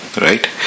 right